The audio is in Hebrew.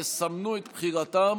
יסמנו את בחירתם